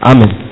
Amen